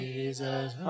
Jesus